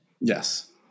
Yes